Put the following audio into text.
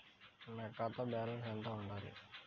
నా ఖాతా బ్యాలెన్స్ ఎంత ఉండాలి?